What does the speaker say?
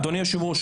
אדוני היושב-ראש,